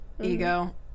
Ego